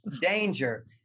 Danger